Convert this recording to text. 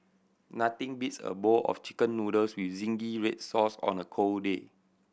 nothing beats a bowl of Chicken Noodles with zingy red sauce on a cold day